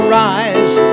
rise